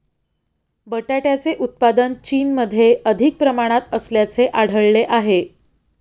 बटाट्याचे उत्पादन चीनमध्ये अधिक प्रमाणात असल्याचे आढळले आहे